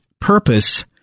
purpose